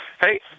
Hey